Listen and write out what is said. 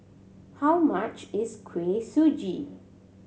how much is Kuih Suji